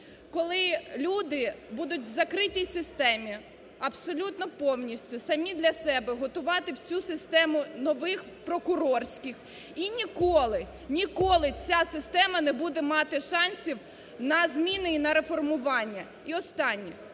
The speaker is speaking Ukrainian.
коли люди будуть в закритій системі абсолютно повністю самі для себе готувати всю систему нових прокурорських і ніколи, ніколи ця система не буде мати шансів на зміни і на реформування. І останнє.